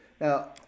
Now